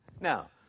Now